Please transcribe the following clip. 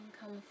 come